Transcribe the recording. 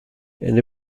and